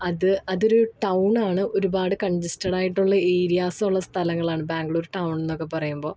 അത് അതൊരു ടൗണാണ് ഒരുപാട് കൺജസ്റ്റഡായിട്ടുള്ള ഏരിയാസുള്ള സ്ഥലങ്ങളാണ് ബാംഗ്ലൂർ ടൗൺ എന്നൊക്കെ പറയുമ്പോള്